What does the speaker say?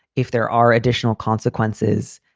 if there are additional consequences.